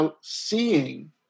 seeing